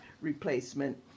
replacement